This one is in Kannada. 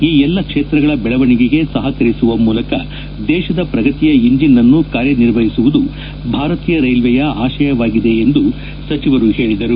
ಈ ಎಲ್ಲಾ ಕ್ಷೇತ್ರಗಳ ಬೆಳವಣಿಗೆಗೆ ಸಹಕರಿಸುವ ಮೂಲಕ ದೇಶದ ಪ್ರಗತಿಯ ಇಂಜಿನ್ ಅನ್ನು ಕಾರ್ಯನಿರ್ವಹಿಸುವುದು ಭಾರತೀಯ ರೈಲ್ವೆಯ ಆಶಯವಾಗಿದೆ ಎಂದು ಹೇಳಿದರು